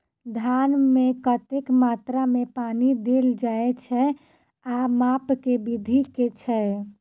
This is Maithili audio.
धान मे कतेक मात्रा मे पानि देल जाएँ छैय आ माप केँ विधि केँ छैय?